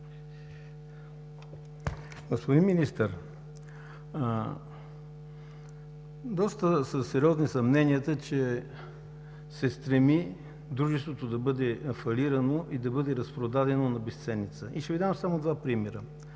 Господин Министър, доста са сериозни съмненията, че се стреми Дружеството да бъде фалирано и да бъде разпродадено на безценица. Ще Ви дам само два примера.